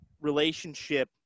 relationship